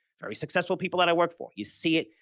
very successful people that i worked for, you see it,